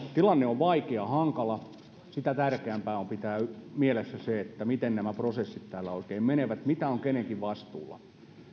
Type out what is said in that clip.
tilanne on vaikea ja hankala sitä tärkeämpää on pitää mielessä se miten nämä prosessit täällä oikein menevät mitä on kenenkin vastuulla